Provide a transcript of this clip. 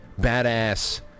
badass